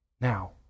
now